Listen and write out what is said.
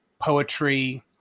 poetry